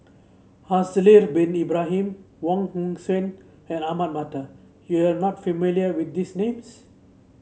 Haslir Bin Ibrahim Wong Hong Suen and Ahmad Mattar you are not familiar with these names